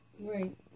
Right